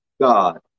God